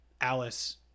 Alice